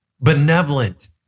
benevolent